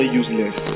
useless